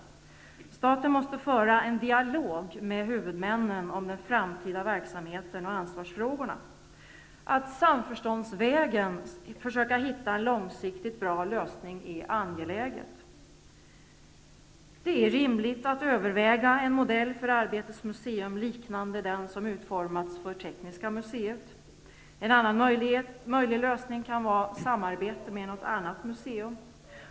Staten måste föra en dialog med huvudmännen om den framtida verksamheten och ansvarsfrågorna. Att samförståndsvägen försöka hitta en långsiktigt bra lösning är angeläget. Det är rimligt att överväga en modell för Arbetets museum liknande den som utformats för Tekniska museet. En annan möjlig lösning kan vara samarbete med något annat museum.